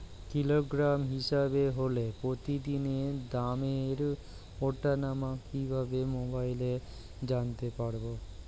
Kilogram হিসাবে হলে প্রতিদিনের দামের ওঠানামা কিভাবে মোবাইলে জানতে পারবো?